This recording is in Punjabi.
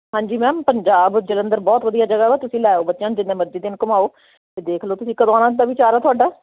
ਹਾਂਜੀ ਮੈਮ ਪੰਜਾਬ ਜਲੰਧਰ ਬਹੁਤ ਵਧੀਆ ਜਗ੍ਹਾ ਵਾ ਤੁਸੀਂ ਲੈ ਆਓ ਬੱਚਿਆਂ ਨੂੰ ਜਿੰਨਾ ਮਰਜ਼ੀ ਦਿਨ ਘੁਮਾਓ ਦੇਖ ਲਓ ਤੁਸੀਂ ਕਦੋਂ ਆਉਣ ਦਾ ਵਿਚਾਰ ਆ ਤੁਹਾਡਾ